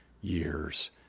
years